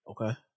Okay